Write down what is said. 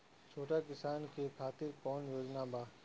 छोटा किसान के खातिर कवन योजना बा?